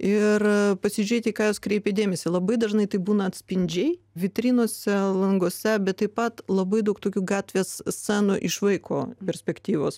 ir pasižiūrėt į ką jos kreipė dėmesį labai dažnai tai būna atspindžiai vitrinose languose bet taip pat labai daug tokių gatvės scenų iš vaiko perspektyvos